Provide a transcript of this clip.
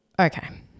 Okay